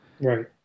Right